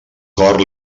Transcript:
cor